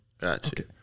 Gotcha